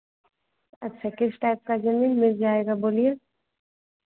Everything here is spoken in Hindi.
अच्छा किस टाइप का जमीन मिल जाएगा बोलिए